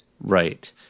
Right